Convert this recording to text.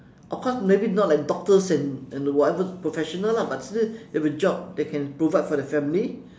of course maybe not like doctors and and the whatever professional lah but they they have a job they can provide for their family